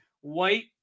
white